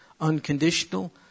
Unconditional